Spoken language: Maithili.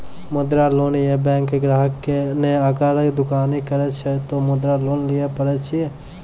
मुद्रा लोन ये बैंक ग्राहक ने अगर दुकानी करे छै ते मुद्रा लोन लिए पारे छेयै?